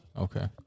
Okay